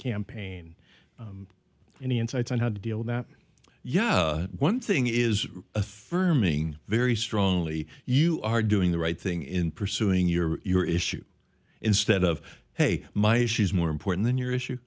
campaign any insights on how to deal with that yeah one thing is affirming very strongly you are doing the right thing in pursuing your your issues instead of hey my issues more important than your issue